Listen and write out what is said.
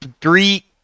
three